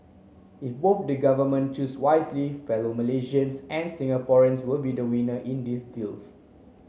if both the government choose wisely fellow Malaysians and Singaporeans will be winners in this deals